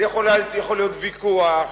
זה יכול להיות ויכוח,